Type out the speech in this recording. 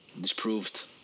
disproved